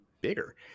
bigger